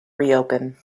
reopen